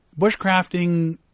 Bushcrafting